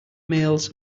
mails